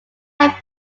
have